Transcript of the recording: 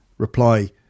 reply